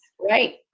right